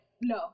no